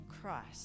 Christ